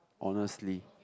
honestly